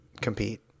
compete